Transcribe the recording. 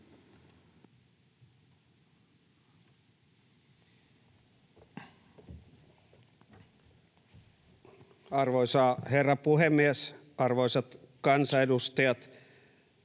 Arvoisa herra puhemies, arvoisat kansanedustajat!